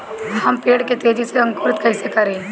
हम पेड़ के तेजी से अंकुरित कईसे करि?